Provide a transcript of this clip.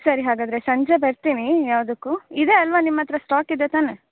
ಸರಿ ಹಾಗಾದರೆ ಸಂಜೆ ಬರ್ತೀನಿ ಯಾವುದಕ್ಕೂ ಇದೆ ಅಲ್ಲವಾ ನಿಮ್ಮ ಹತ್ತಿರ ಸ್ಟಾಕ್ ಇದೆ ತಾನೆ